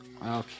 Okay